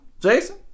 Jason